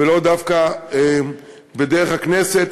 ולא דווקא דרך הכנסת,